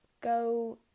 go